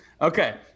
Okay